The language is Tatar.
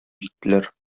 җиттеләр